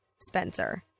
Spencer